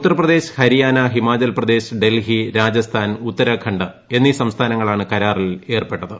ഉത്തർപ്രദേശ് ഹരിയാന ഹിമാചൽപ്രദേശ് ഡൽഹി രാജസ്ഥാൻ ഉത്തരാഖണ്ഡ് എന്നീ സംസ്ഥാനങ്ങളാണ് കരാറിൽ ഏർപ്പെട്ടത്